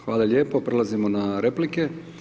Hvala lijepo, prelazimo na replike.